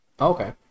Okay